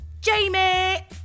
Jamie